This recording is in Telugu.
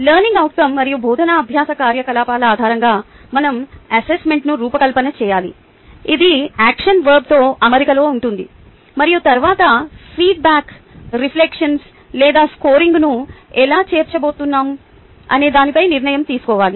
లెర్నింగ్ అవుట్కం మరియు బోధనా అభ్యాస కార్యకలాపాల ఆధారంగా మనం అసెస్మెంట్ను రూపకల్పన చేయాలి ఇది యాక్షన్ వర్బ్తో అమరికలో ఉండాలి మరియు తరువాత ఫీడ్ బ్యాక్ రెఫ్లెక్షన్స్ లేదా స్కోరింగ్ను ఎలా చేర్చబోతున్నాం అనే దానిపై నిర్ణయం తీసుకోవాలి